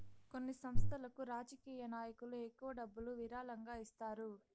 కొన్ని సంస్థలకు రాజకీయ నాయకులు ఎక్కువ డబ్బులు విరాళంగా ఇస్తారు